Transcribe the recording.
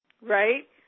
right